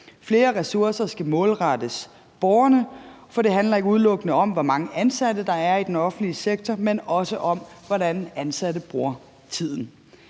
Flere ressourcer skal målrettes borgerne, for det handler ikke udelukkende om, hvor mange ansatte der er i den offentlige sektor, men også om, hvordan de ansatte bruger tiden.